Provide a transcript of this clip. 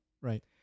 Right